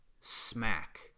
smack